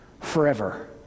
forever